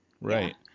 Right